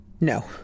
No